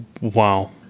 wow